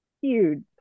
huge